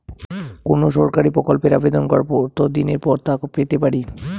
কোনো সরকারি প্রকল্পের আবেদন করার কত দিন পর তা পেতে পারি?